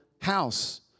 house